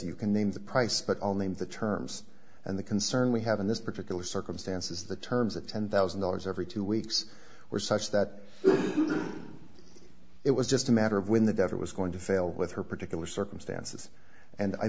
you can name the price but only in the terms and the concern we have in this particular circumstance is the terms of and thousand dollars every two weeks were such that it was just a matter of when the debtor was going to fail with her particular circumstances and i